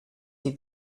sie